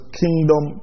kingdom